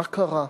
מה קרה?